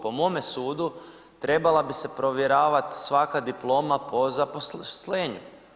Po mome sudu, trebala bi se provjeravati svaka diploma po zaposlenju.